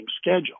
schedule